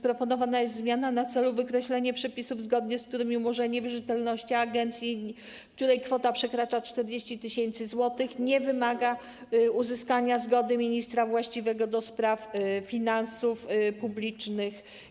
Proponowana jest zmiana mająca na celu wykreślenie przepisów, zgodnie z którymi umorzenie wierzytelności agencji, której kwota przekracza 40 tys. zł, nie wymaga uzyskania zgody ministra właściwego do spraw finansów publicznych.